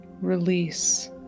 release